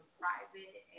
private